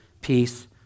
peace